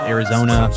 Arizona